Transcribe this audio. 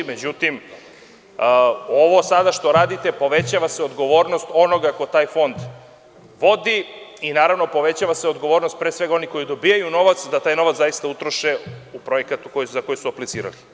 Međutim, ovo sada što radite, povećava se odgovornost onoga ko taj Fond vodi i povećava se odgovornost onih koji dobijaju novac da taj novac zaista utroše u projekat za koji su aplicirali.